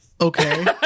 Okay